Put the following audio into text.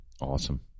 awesome